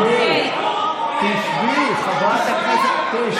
תשבי, תשבי, חברת הכנסת, אוקיי.